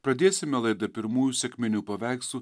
pradėsime laidą pirmųjų sekminių paveikslu